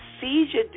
seizure